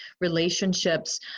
relationships